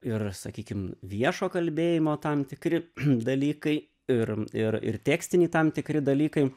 ir sakykim viešo kalbėjimo tam tikri dalykai ir ir ir tekstiniai tam tikri dalykai